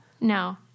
No